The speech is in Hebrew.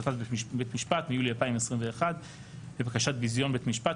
החלטת בית משפט מיולי 2021 לבקשת בזיון בית משפט,